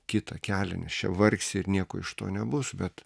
kitą kelią nes čia vargsi ir nieko iš to nebus bet